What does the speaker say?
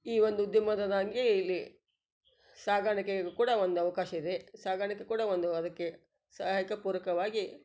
ಈ ಒಂದು ಉದ್ಯಮದನಾಗಿ ಇಲ್ಲಿ ಸಾಗಾಣಿಕೆಗೂ ಕೂಡ ಒಂದು ಅವಕಾಶ ಇದೆ ಸಾಗಾಣಿಕೆ ಕೂಡ ಒಂದು ಅದಕ್ಕೆ ಸಹಾಯಕ ಪೂರಕವಾಗಿ